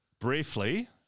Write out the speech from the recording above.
briefly